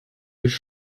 ich